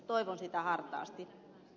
toivon sitä hartaasti